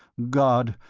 god!